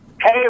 Hey